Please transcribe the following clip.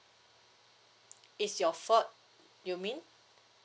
it's your fault you mean